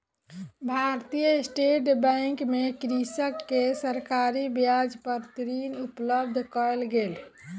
भारतीय state bank मे कृषक के सरकारी ब्याज पर ऋण उपलब्ध कयल गेल